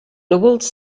núvols